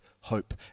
hope